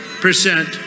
percent